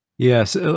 Yes